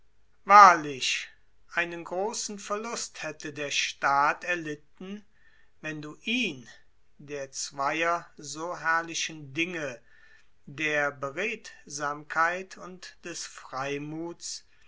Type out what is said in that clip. wahrlich einen großen verlust hätte der staat erlitten wenn du ihn der zweier so herrlichen dinge der beredtsamkeit und des freimuths